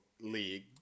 league